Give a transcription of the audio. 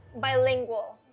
bilingual